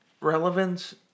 relevance